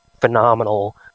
phenomenal